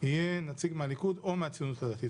יהיה נציג מהליכוד או מהציונות הדתית.